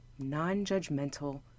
non-judgmental